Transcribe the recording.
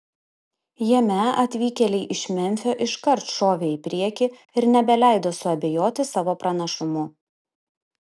jame atvykėliai iš memfio iškart šovė į priekį ir nebeleido suabejoti savo pranašumu